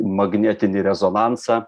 magnetinį rezonansą